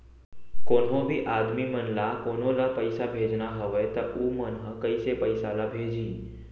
कोन्हों भी आदमी मन ला कोनो ला पइसा भेजना हवय त उ मन ह कइसे पइसा ला भेजही?